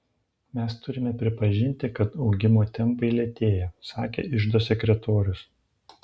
mes turime pripažinti kad augimo tempai lėtėja sakė iždo sekretorius